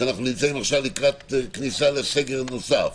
כשאנחנו נמצאים עכשיו לקראת כניסה לסגר נוסף,